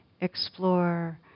explore